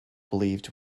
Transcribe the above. believed